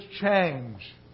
change